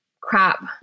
crap